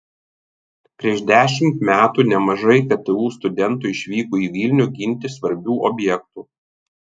prieš dešimt metų nemažai ktu studentų išvyko į vilnių ginti svarbių objektų